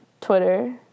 Twitter